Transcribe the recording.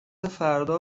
فردا